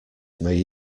may